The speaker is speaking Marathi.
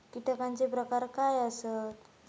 कीटकांचे प्रकार काय आसत?